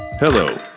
Hello